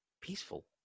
peaceful